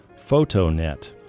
Photonet